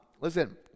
listen